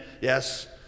yes